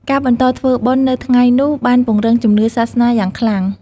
ការបន្តធ្វើបុណ្យនៅថ្ងៃនោះបានពង្រឹងជំនឿសាសនាយ៉ាងខ្លាំង។